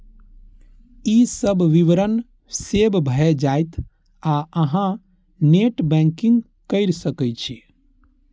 ई सब विवरण सेव भए जायत आ अहां नेट बैंकिंग कैर सकै छी